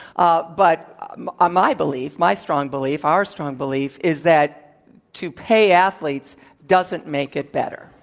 um but my ah my belief, my strong belief, our strong belief, is that to pay athletes doesn't make it better